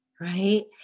right